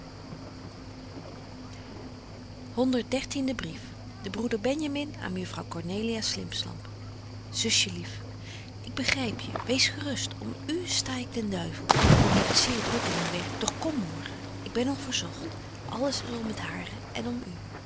de broeder benjamin aan mejuffrouw cornelia slimpslamp zusje lief ik begryp je wees gerust om u sta ik den duivel ik heb het zeer druk in myn werk doch kom morgen ik ben al verzogt alles is om het hare en om u